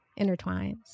intertwines